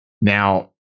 Now